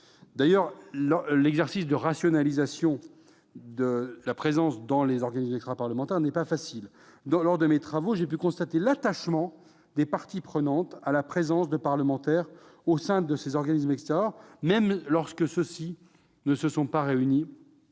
D'ailleurs, l'exercice de rationalisation de la présence des parlementaires dans les OEP n'est pas facile : lors de mes travaux, j'ai pu constater l'attachement des parties prenantes à la présence de parlementaires au sein de ces organismes extérieurs, même lorsque ceux-ci ne se sont pas réunis